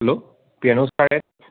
hello Priyanuj